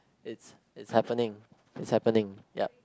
it's it's happening it's happening yup